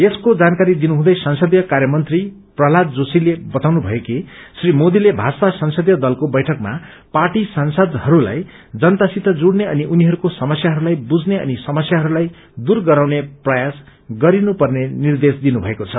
यसको जानकारी दिनुहुँदै संसदीय कार्यमन्त्री प्रहलाद जोशीले बताउनुभयो कि श्री मोदीले माजपा संसदीय दलको बैठकमा पार्टी सांसदहरूलाई जनतासित जुइने अनि उनीहरूको समस्याहरूलाई बुइने अनि समस्याहरूलाई दूर गराउने प्रयास गरिने पर्ने निर्देश दिनुमएको छ